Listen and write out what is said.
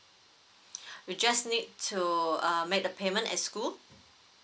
we just need to uh make the payment at school